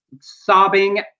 sobbing